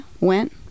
went